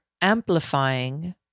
amplifying